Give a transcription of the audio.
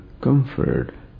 comfort